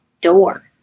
door